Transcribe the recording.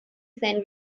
send